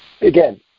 again